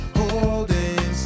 holding